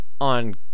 on